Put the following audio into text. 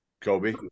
Kobe